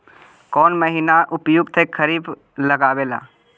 कौन महीना उपयुकत है खरिफ लगावे ला?